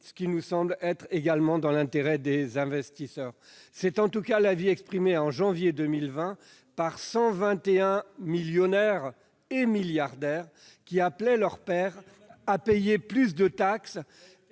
cela nous semble être également dans l'intérêt des investisseurs. C'est en tout cas l'avis exprimé, en janvier 2020, par 121 millionnaires et milliardaires, qui appelaient leurs pairs à payer plus de taxes,